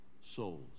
souls